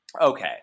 okay